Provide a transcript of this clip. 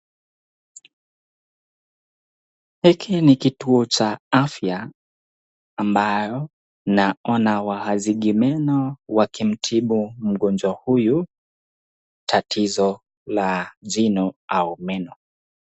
Hiki ni kituo cha afya ambayo naona wahazigi meno, wakimtibu mgonjwa huyu, tatizo la jino au meno.